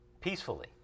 peacefully